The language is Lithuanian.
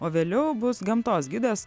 o vėliau bus gamtos gidas